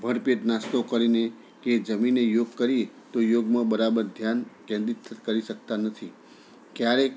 ભરપેટ નાશ્તો કરીને કે જમીને યોગ કરીએ તો યોગમાં બરાબર ધ્યાન કેન્દ્રિત કરી શકતાં નથી ક્યારેક